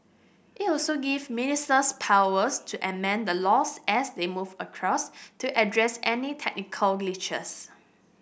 it also give ministers powers to amend the laws as they move across to address any technical glitches